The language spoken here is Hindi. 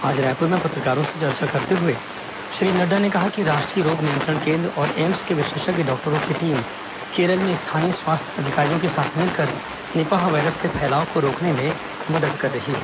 आज रायपुर में पत्रकारों से चर्चा करते हुए श्री नड्डा ने कहा कि राष्ट्रीय रोग नियंत्रण केंद्र और एम्स के विशेषज्ञ डॉक्टरों की टीम केरल में स्थानीय स्वास्थ्य अधिकारियों के साथ मिलकर निपाह वायरस के फैलाव को रोकने में मदद कर रही है